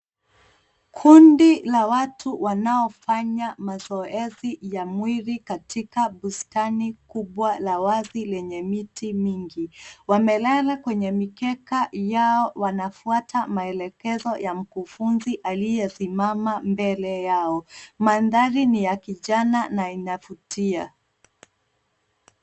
Kundi la watu wanaofanya mazoezi ya mwili katika bustani kubwa la wazi lenye miti mingi. Wamelala kwenye mikeka yao wanafuata maelekezo ya mkufunzi aliyesimama mbele yao. Mandhari ni ya kijani na inavutia.